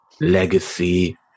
legacy